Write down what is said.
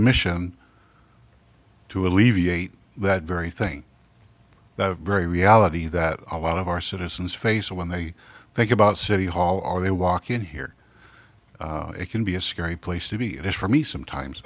mission to alleviate that very thing that very reality that a lot of our citizens face when they think about city hall or they walk in here it can be a scary place to be it is for me sometimes